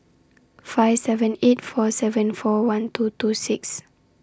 five seven eight four seven four one two two six